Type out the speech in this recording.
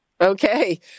Okay